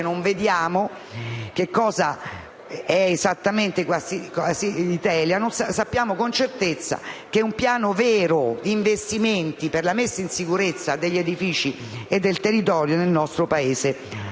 lo vediamo - cosa sia esattamente Casa Italia. Sappiamo con certezza che un piano vero di investimenti per la messa in sicurezza degli edifici e del territorio nel nostro Paese non